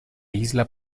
isla